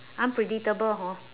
unpredictable hor